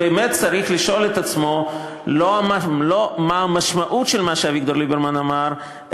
באמת צריך לשאול את עצמו לא מה המשמעות של מה שאביגדור ליברמן אמר,